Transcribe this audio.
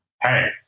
Hey